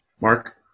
Mark